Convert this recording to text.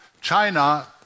China